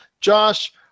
Josh